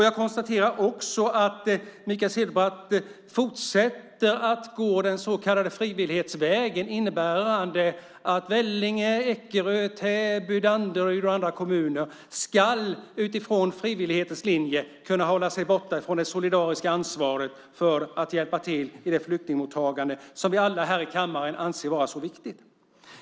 Jag konstaterar också att Mikael Cederbratt fortsätter att gå den så kallade frivillighetsvägen, innebärande att Vellinge, Ekerö, Täby, Danderyd och andra kommuner utifrån frivillighetens linje ska kunna hålla sig borta från det solidariska ansvaret för att hjälpa till i det flyktingmottagande som vi alla här i kammaren anser vara så viktigt.